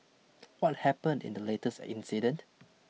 what happened in the latest incident